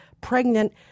pregnant